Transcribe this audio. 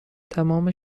تمام